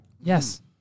Yes